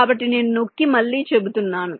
కాబట్టి నేను నొక్కి మళ్ళీ చెబుతున్నాను